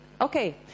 Okay